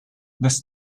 this